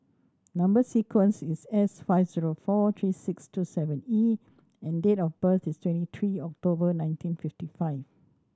number sequence is S five zero four three six two seven E and date of birth is twenty three October nineteen fifty five